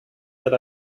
that